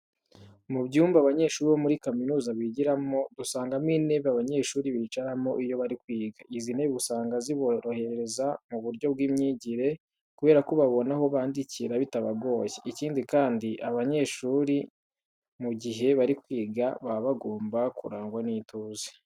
Mu byumba abanyeshuri bo muri kaminuza bigiramo dusangamo intebe abanyeshuri bicaramo iyo bari kwiga. Izi ntebe usanga ziborohereza mu buryo bw'imyigire kubera ko babona aho bandikira bitabagoye. Ikindi kandi, aba banyeshuri mu gihe bari kwiga baba bagomba kurangwa n'ituze.